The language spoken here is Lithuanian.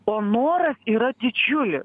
o noras yra didžiulis